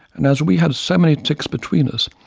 and as we had so many ticks between us,